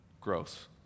gross